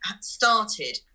started